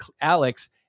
Alex